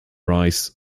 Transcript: rice